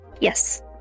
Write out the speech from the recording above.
Yes